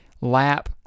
lap